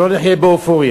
שלא נחיה באופוריה.